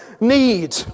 need